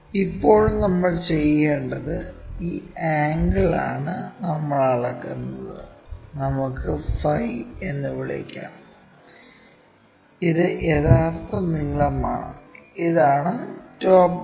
ഇപ്പോൾ നമ്മൾ ചെയ്യേണ്ടത് ഈ ആംഗിൾ ആണ് നമ്മൾ അളക്കുന്നത് നമുക്ക് ഫൈ എന്ന് വിളിക്കാം ഇത് യഥാർത്ഥ നീളമാണ് ഇതാണ് ടോപ് വ്യൂ